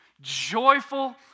joyful